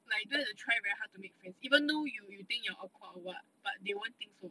like you don't have to try very hard to make friends even though you you think you are awkward or what but they won't think so